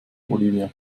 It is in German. olivia